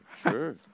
Sure